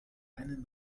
einen